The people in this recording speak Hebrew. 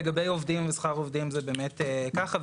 למשל לגבי עובדים ושכר עובדים זה באמת ככה,